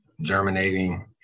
germinating